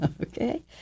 Okay